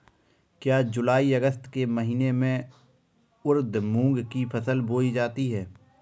क्या जूलाई अगस्त के महीने में उर्द मूंग की फसल बोई जाती है?